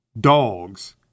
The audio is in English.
dogs